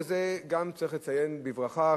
וזה גם צריך לציין בברכה,